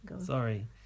Sorry